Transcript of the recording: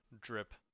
drip